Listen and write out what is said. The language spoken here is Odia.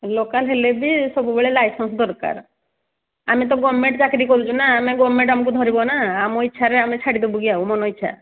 ଲୋକାଲ ହେଲେ ବି ସବୁବେଳେ ଲାଇସେନ୍ସ ଦରକାର ଆମେ ତ ଗଭର୍ଣ୍ଣମେଣ୍ଟ ଚାକିରି କରୁଛୁ ନା ଆମେ ଗଭର୍ଣ୍ଣମେଣ୍ଟ ଆମକୁ ଧରିବ ନା ଆମ ଇଚ୍ଛାରେ ଆମେ ଛାଡ଼ିଦେବୁ କି ଆଉ ମନ ଇଚ୍ଛା